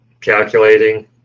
Calculating